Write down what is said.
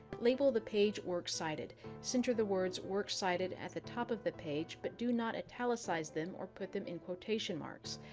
label the page works cited center the words works cited at the top of the page, but do not italicize them or put them in quotation marks.